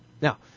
Now